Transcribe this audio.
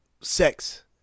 sex